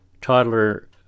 Toddler